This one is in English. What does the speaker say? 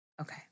Okay